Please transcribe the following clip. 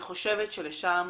אני חושבת שלשם,